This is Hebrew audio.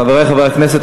חברי חברי הכנסת,